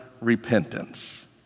repentance